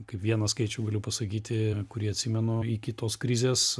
kaip vieną skaičių galiu pasakyti kurį atsimenu iki tos krizės